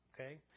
okay